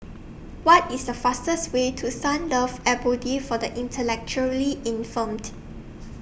What IS The fastest Way to Sunlove Abode For The Intellectually Infirmed